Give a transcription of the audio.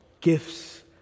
gifts